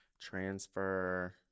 transfer